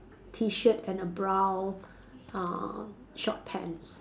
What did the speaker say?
T shirt and a brown uh short pants